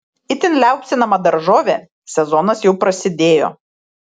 itin liaupsinama daržovė sezonas jau prasidėjo